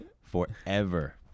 forever